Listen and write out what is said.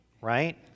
right